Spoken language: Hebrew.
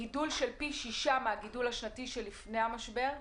גידול של פי שישה מהגידול השנתי שלפני המשבר,